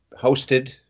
hosted